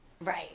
Right